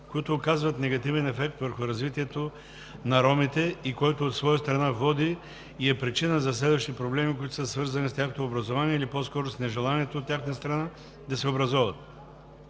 които оказват негативен ефект върху развитието на ромите и който от своя страна води и е причина за следващи проблеми, които са свързани с тяхното образование, или по-скоро с нежеланието от тяхна страна да се образоват.